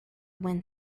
wind